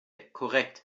korrekt